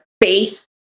face